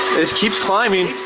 it keeps climbing.